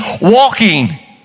walking